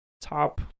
top